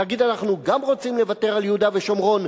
להגיד: אנחנו גם רוצים לוותר על יהודה ושומרון,